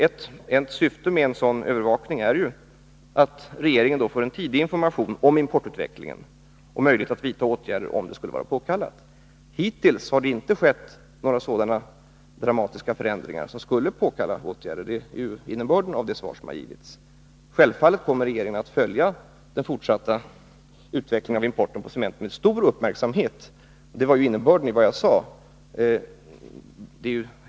Ett motiv för en sådan övervakning är att regeringen därmed får en tidig information om importutvecklingen och möjlighet att vidta åtgärder, om sådana skulle vara påkallade. Hittills har inte några sådana dramatiska förändringar skett att åtgärder ansetts påkallade — det är innebörden av det svar som har givits. Självfallet kommer regeringen att följa den fortsatta utvecklingen när det gäller importen av cement med stor uppmärksamhet.